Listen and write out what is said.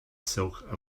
silk